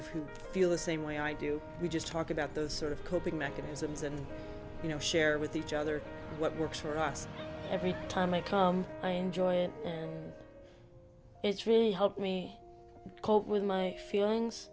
who feel the same way i do we just talk about those sort of coping mechanisms and you know share with each other what works for us every time i come i enjoy it it's really helped me cope with my feelings